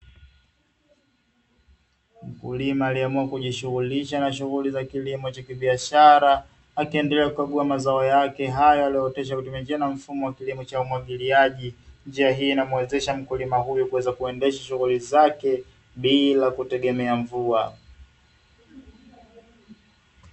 Mkulima aliyeamua kujishughulisha na shughuli za kilimo cha kibiashara akiendelea, kukagua mazao yake haya aliyootesha kwa kutumia njia na mfumo wa kilimo cha umwagiliaji. Njia hii inamuwezesha mkulima huyu kuweza kuendesha shughuli zake bila kutegemea mvua.